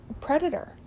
predator